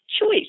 choice